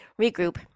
Regroup